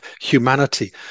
humanity